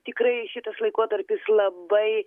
tikrai šitas laikotarpis labai